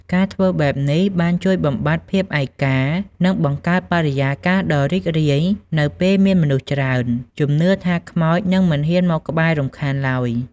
ការធ្វើបែបនេះបានជួយបំបាត់ភាពឯកា និងបង្កើតបរិយាកាសដ៏រីករាយនៅពេលមានមនុស្សច្រើន ជំនឿថាខ្មោចនឹងមិនហ៊ានមកក្បែររំខានឡើយ ។